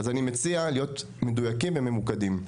אז אני מציע להיות מדויקים וממוקדים.